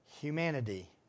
humanity